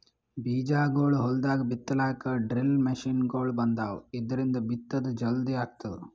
ಬೀಜಾಗೋಳ್ ಹೊಲ್ದಾಗ್ ಬಿತ್ತಲಾಕ್ ಡ್ರಿಲ್ ಮಷಿನ್ಗೊಳ್ ಬಂದಾವ್, ಇದ್ರಿಂದ್ ಬಿತ್ತದ್ ಜಲ್ದಿ ಆಗ್ತದ